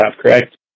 correct